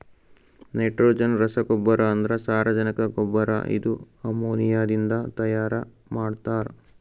nitrogen ರಸಗೊಬ್ಬರ ಅಂದ್ರ ಸಾರಜನಕ ಗೊಬ್ಬರ ಇದು ಅಮೋನಿಯಾದಿಂದ ತೈಯಾರ ಮಾಡ್ತಾರ್